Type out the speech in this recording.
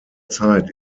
zeit